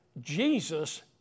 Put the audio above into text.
Jesus